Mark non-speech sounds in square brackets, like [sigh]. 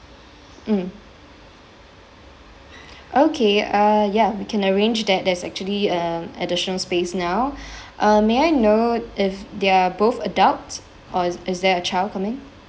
mm okay uh ya we can arrange that there's actually um additional space now [breath] uh may I know if they are both adults or is is there a child coming